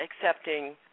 accepting